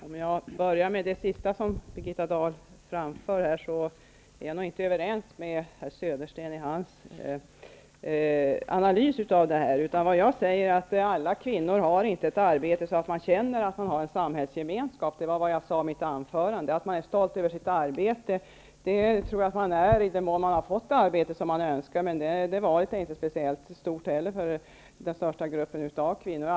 Herr talman! Jag kan börja med det sista som Birgitta Dahl framförde. Jag är nog inte överens med herr Södersten i hans analys. Däremot sade jag i mitt anförande att alla kvinnor inte har ett arbete som gör att de känner en samhällsgemenskap. Jag tror att man är stolt över sitt arbete i den mån man har fått ett arbete som man önskar. Det valet är emellertid inte särskilt stort för den största gruppen kvinnor.